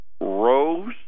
rose